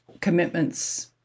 commitments